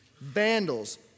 vandals